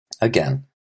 Again